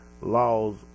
laws